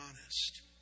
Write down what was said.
honest